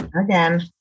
again